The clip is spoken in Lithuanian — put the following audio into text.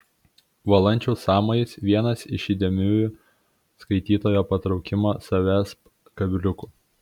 valančiaus sąmojis vienas iš įdėmiųjų skaitytojo patraukimo savęsp kabliukų